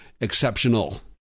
exceptional